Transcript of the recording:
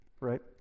right